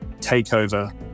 takeover